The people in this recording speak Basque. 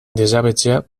desjabetzea